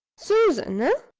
susan, ah?